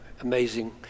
Amazing